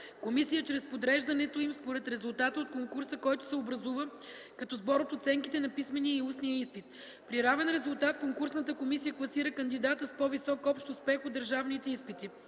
комисия чрез подреждането им според резултата от конкурса, който се образува като сбор от оценките на писмения и устния изпит. При равен резултат конкурсната комисия класира кандидата с по-висок общ успех от държавните изпити.